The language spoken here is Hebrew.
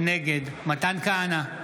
נגד מתן כהנא,